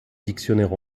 dictionnaire